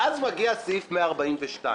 ואז מגיע סעיף 142,